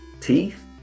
teeth